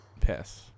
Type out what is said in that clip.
piss